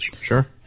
sure